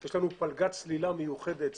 יש לנו פלגת צלילה מיוחדת,